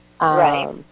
Right